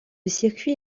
circuit